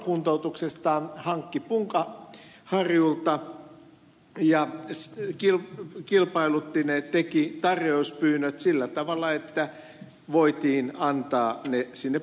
se hankki puolet omasta reumakuntoutuksestaan punkaharjulta kilpailutti ja teki tarjouspyynnöt sillä tavalla että voitiin antaa kuntoutukset punkaharjulle